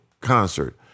concert